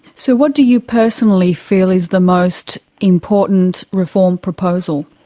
so what do you personally feel is the most important reform proposal?